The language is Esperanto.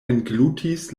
englutis